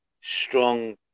Strong